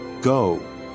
go